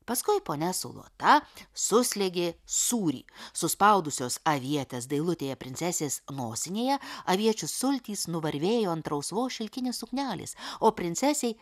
paskui ponia su lota suslėgė sūrį suspaudusios avietes dailutėje princesės nosinėje aviečių sultys nuvarvėjo ant rausvos šilkinės suknelės o princesei